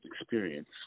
experience